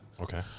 Okay